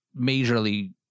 majorly